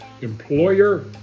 employer